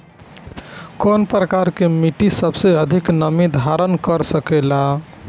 कौन प्रकार की मिट्टी सबसे अधिक नमी धारण कर सकेला?